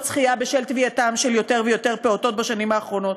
שחייה בשל טביעת יותר ויותר פעוטות בשנים האחרונות.